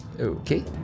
Okay